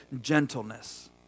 gentleness